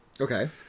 Okay